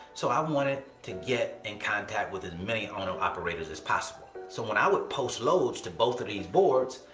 so i wanted to get and contact with as many owner operators as possible. so when i would post loads to both of these boards,